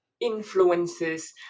influences